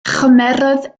chymerodd